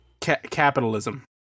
Capitalism